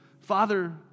Father